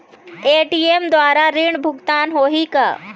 ATM द्वारा ऋण भुगतान होही का?